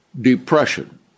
depression